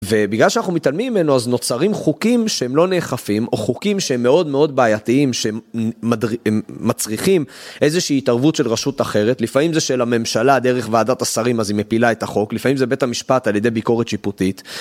ובגלל שאנחנו מתעלמים ממנו, אז נוצרים חוקים שהם לא נאכפים, או חוקים שהם מאוד מאוד בעייתיים, שמצריכים איזושהי התערבות של רשות אחרת. לפעמים זה של הממשלה, דרך ועדת השרים, אז היא מפעילה את החוק. לפעמים זה בית המשפט על ידי ביקורת שיפוטית.